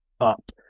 up